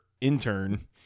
Intern